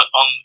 on